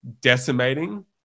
decimating